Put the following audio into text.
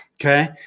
Okay